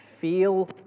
feel